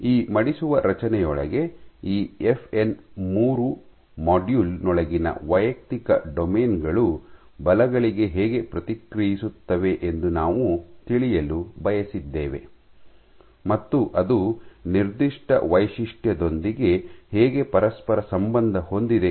ಈ ಮಡಿಸುವ ರಚನೆಯೊಳಗೆ ಈ ಎಫ್ಎನ್ ಮೂರು ಮಾಡ್ಯೂಲ್ ನೊಳಗಿನ ವೈಯಕ್ತಿಕ ಡೊಮೇನ್ ಗಳು ಬಲಗಳಿಗೆ ಹೇಗೆ ಪ್ರತಿಕ್ರಿಯಿಸುತ್ತವೆ ಎಂದು ನಾವು ತಿಳಿಯಲು ಬಯಸಿದ್ದೇವೆ ಮತ್ತು ಅದು ನಿರ್ದಿಷ್ಟ ವೈಶಿಷ್ಟ್ಯದೊಂದಿಗೆ ಹೇಗೆ ಪರಸ್ಪರ ಸಂಬಂಧ ಹೊಂದಿದೆ